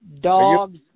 dogs